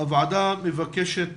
הוועדה מבקשת